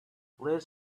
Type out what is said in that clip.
liz